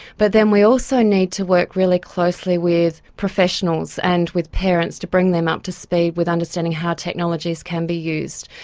but then we also need to work really closely with professionals and with parents to bring them up to speed with understanding how technologies can be used.